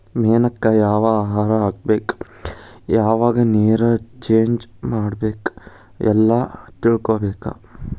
ಮೇನಕ್ಕ ಯಾವ ಆಹಾರಾ ಹಾಕ್ಬೇಕ ಯಾವಾಗ ನೇರ ಚೇಂಜ್ ಮಾಡಬೇಕ ಎಲ್ಲಾ ತಿಳಕೊಬೇಕ